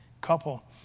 couple